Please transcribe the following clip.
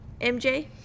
MJ